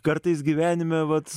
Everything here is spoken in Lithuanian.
kartais gyvenime vat